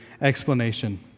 explanation